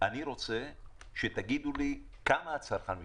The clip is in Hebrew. אני רוצה שתגידו לי כמה הצרכן משלם.